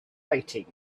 fighting